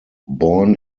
born